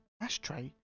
ashtray